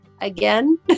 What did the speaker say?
again